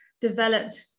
developed